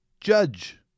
judge